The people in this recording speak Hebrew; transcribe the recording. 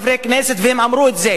לא זו הדאגה שלהם,